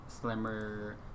slimmer